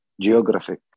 geographic